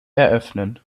eröffnen